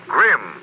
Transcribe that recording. Grim